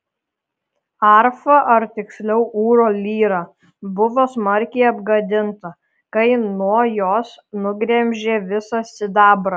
arfa ar tiksliau ūro lyra buvo smarkiai apgadinta kai nuo jos nugremžė visą sidabrą